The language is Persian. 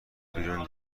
بیرون